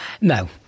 No